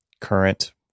current